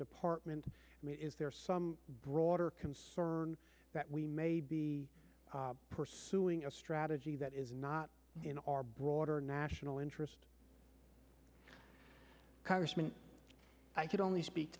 department is there some broader concern that we may be pursuing a strategy that is not in our broader national interest congressman i could only speak